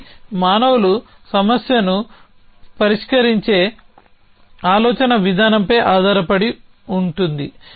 ఇది మానవులు సమస్యను పరిష్కరించే ఆలోచనా విధానంపై ఆధారపడింది